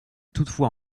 toutefois